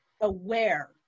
aware